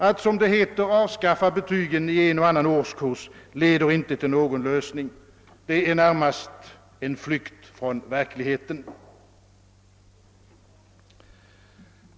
Att man avskaffar betygen i en och annan årskurs leder inte till någon lösning; det är närmast en flykt från verkligheten.